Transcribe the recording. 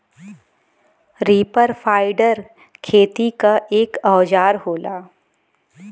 reaper binder खेती क एक औजार होला